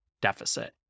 deficit